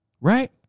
Right